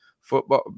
football